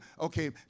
Okay